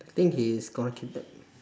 I think he is gone